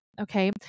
Okay